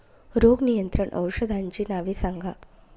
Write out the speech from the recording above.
रोग नियंत्रण औषधांची नावे सांगा?